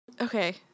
Okay